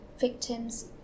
victims